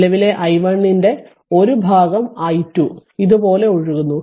നിലവിലെ i1 ൻ്റെ ഒരു ഭാഗം i2 ഇതുപോലെ ഒഴുകുന്നു